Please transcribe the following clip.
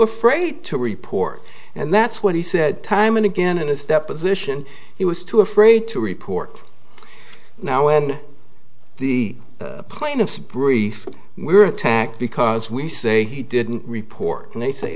afraid to report and that's what he said time and again and is that position he was too afraid to report now in the plaintiff's brief we're attacked because we say he didn't report and they say